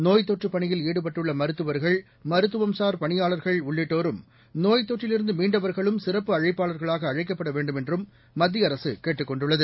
நோய் தொற்று பணியில் ஈடுபட்டுள்ள மருத்துவர்கள் மருத்துவம்சார் பணியாளர்கள் உள்ளிட்டோரும் நோய் தொற்றிலிருந்து மீண்டவர்களும் சிறப்பு அழைப்பாளர்களாக அழைக்கப்பட வேண்டுமென்றும் மத்திய அரசு கேட்டுக் கொண்டுள்ளது